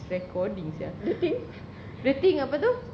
he's recording sia the thing apa tu